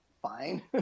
fine